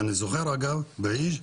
אגב, בהיג',